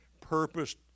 purpose